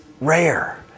rare